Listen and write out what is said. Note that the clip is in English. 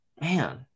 man